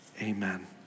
amen